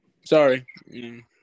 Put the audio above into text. Sorry